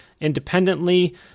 independently